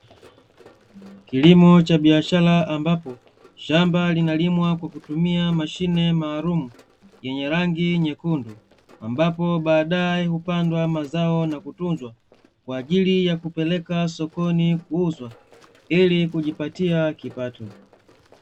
Kilimo cha biashara ambapo shamba linalimwa kwa kutumia mashine maalumu, yenye rangi nyekundu, ambapo baadae hupandwa mazao na kutunza, kwa ajili ya kupelekwa sokoni kuuzwa, ili kujipatia kipato.